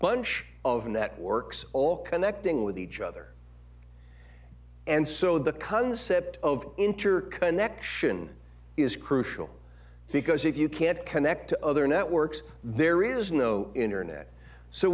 bunch of networks all connecting with each other and so the concept of interconnection is crucial because if you can't connect to other networks there is no internet so